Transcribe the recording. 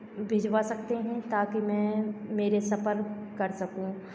भिजवा सकते हैं ताकि मैं मेरे सफ़र कर सकूँ